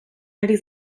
ari